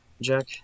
Jack